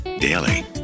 daily